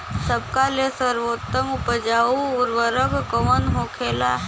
सबका ले सर्वोत्तम उपजाऊ उर्वरक कवन होखेला?